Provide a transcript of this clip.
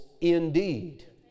indeed